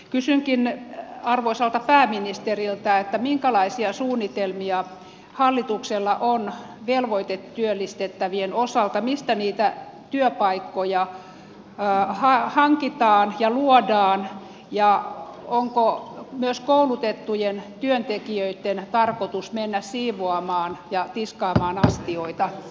kysynkin arvoisalta pääministeriltä minkälaisia suunnitelmia hallituksella on velvoitetyöllistettävien osalta mistä niitä työpaikkoja hankitaan ja luodaan ja onko myös koulutettujen työntekijöitten tarkoitus mennä siivoamaan ja tiskaamaan astioita